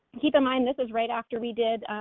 keep in mind, this is right after we did,